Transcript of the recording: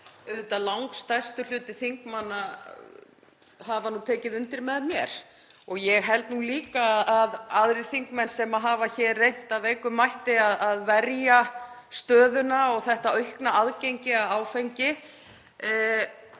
auðvitað langstærstur hluti þingmanna hefur tekið undir með mér. Ég held líka að aðrir þingmenn sem hafa hér reynt af veikum mætti að verja stöðuna og þetta aukna aðgengi að áfengi